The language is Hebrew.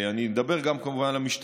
אני מדבר גם על המשטרה,